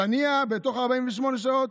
ואת הנייה בתוך 48 שעות.